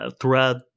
thread